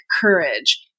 courage